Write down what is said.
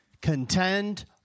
Contend